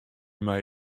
mei